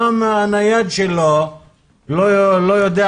גם הנייד שלו לא יודע